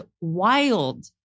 wild